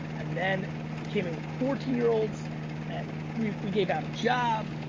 and then we came in with a fourteen year olds and we we gave out a job.